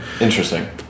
Interesting